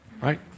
Right